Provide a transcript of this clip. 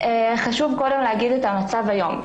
חשוב לומר את המצב היום.